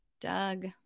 Doug